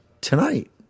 tonight